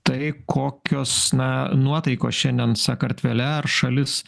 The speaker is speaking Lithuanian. tai kokios na nuotaikos šiandien sakartvele ar šalis